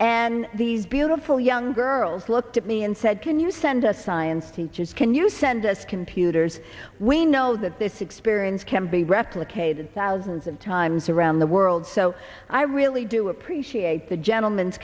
and these beautiful young girls looked at me and said can you send us science teachers can you send us computers we know that this experience can be replicated thousands of times around the world so i really do appreciate the gentlem